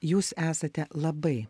jūs esate labai